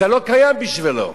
אתה לא קיים בשבילו.